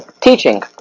teaching